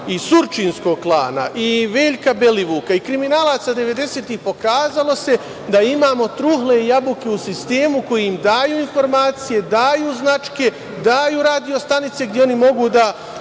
i surčinskog klana i Veljka Belivuka i kriminalaca 90-ih, pokazalo se da imamo trule jabuke u sistemu koje im daju informacije, daju značke, daju radio stanice gde oni mogu da